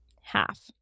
half